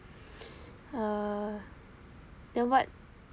err then what